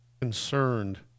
concerned